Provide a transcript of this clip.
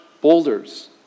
boulders